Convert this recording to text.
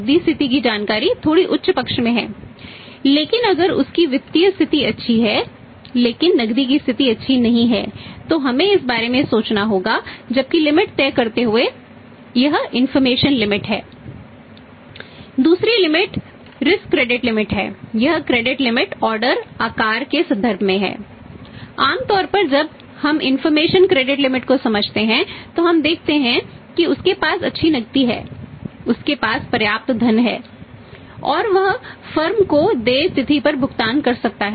दूसरी लिमिट आकार है